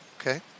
Okay